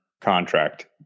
contract